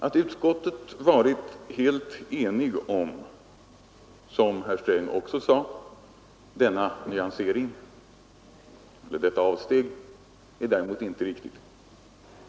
Att utskottet varit, som herr Sträng också sade, helt enigt om denna nyansering eller detta avsteg är däremot inte riktigt.